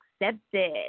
accepted